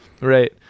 Right